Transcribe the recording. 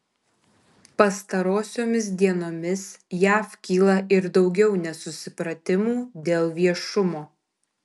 pastarosiomis dienomis jav kyla ir daugiau nesusipratimų dėl viešumo